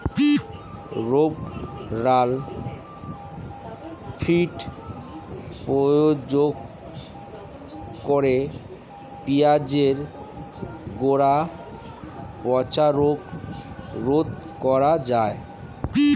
Rovral fifty প্রয়োগ করে পেঁয়াজের গোড়া পচা রোগ রোধ করা যায়?